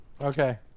Okay